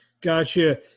Gotcha